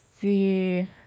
see